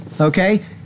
Okay